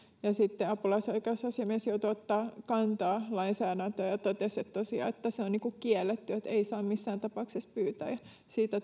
sitten apulaisoikeusasiamies joutui ottamaan kantaa lainsäädäntöön ja ja totesi tosiaan että se on kiellettyä että ei saa missään tapauksessa pyytää ja siitä